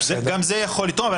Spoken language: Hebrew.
גם זה יכול לתרום.